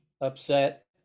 upset